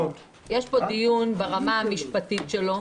אחד, יש פה דיון ברמה המשפטית שלו,